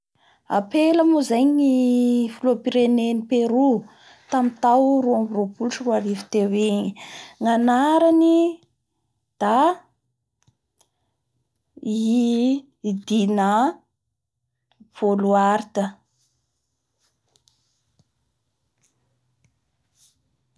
Apela moa zay ngy filihampirenen'ny Perou tamin'ny tao roa ambin'ny roapolo sy roarivo teo igny nganarany da i Dina Volouart.